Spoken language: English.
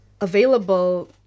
available